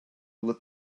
let